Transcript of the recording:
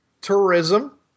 tourism